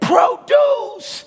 Produce